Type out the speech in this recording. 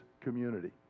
community